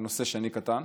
ונושא שני קטן,